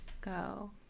go